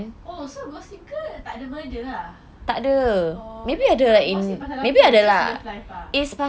oh so gossip girl tak ada murder lah oh then gossip pasal apa just love life lah